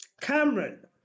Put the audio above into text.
cameron